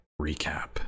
recap